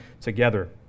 together